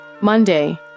Monday